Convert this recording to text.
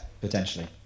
Potentially